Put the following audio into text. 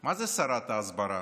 מה זה שרת ההסברה,